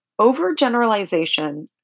overgeneralization